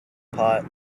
pot